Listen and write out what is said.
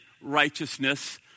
righteousness